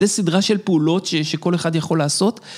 ‫זה סדרה של פעולות ‫שכל אחד יכול לעשות.